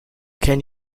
can